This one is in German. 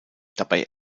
dabei